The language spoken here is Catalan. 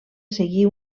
seguir